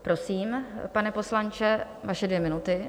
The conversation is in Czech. Prosím, pane poslanče, vaše dvě minuty.